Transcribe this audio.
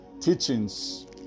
teachings